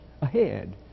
Ahead